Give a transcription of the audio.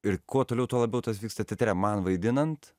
ir kuo toliau tuo labiau tas vyksta teatre man vaidinant